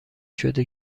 شده